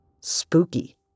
spooky